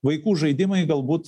vaikų žaidimai galbūt